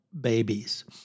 babies